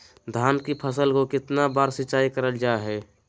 धान की फ़सल को कितना बार सिंचाई करल जा हाय?